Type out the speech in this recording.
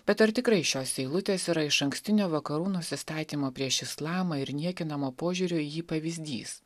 bet ar tikrai šios eilutės yra išankstinio vakarų nusistatymo prieš islamą ir niekinamo požiūrio į jį pavyzdys